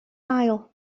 ail